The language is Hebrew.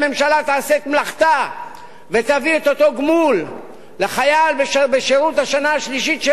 תעשה את מלאכתה ותביא את אותו גמול לחייל בשנה השלישית לשירותו,